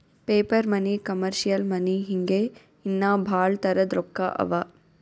paper money, commercial money ಹಿಂಗೆ ಇನ್ನಾ ಭಾಳ್ ತರದ್ ರೊಕ್ಕಾ ಅವಾ